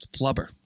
Flubber